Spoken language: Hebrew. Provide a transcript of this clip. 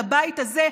לבית הזה,